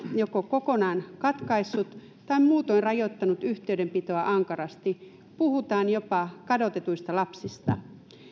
joko kokonaan katkaissut tai muutoin rajoittanut yhteydenpitoa ankarasti puhutaan jopa kadotetuista lapsista